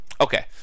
Okay